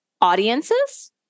audiences